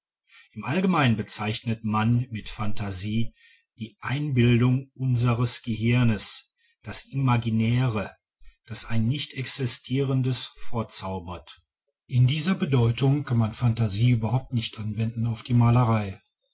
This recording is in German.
im allgemeinen bezeichnet man mit phantasie die einbildungen unsres gehirns das imaginäre das ein nicht existierendes vorzaubert in dieser bedeutung kann man phantasie überhaupt nicht anwenden auf die malerei